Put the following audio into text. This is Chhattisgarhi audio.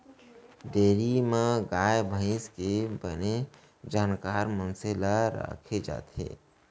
डेयरी म गाय भईंस के बने जानकार मनसे ल राखे जाथे